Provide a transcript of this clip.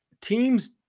teams